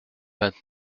vingt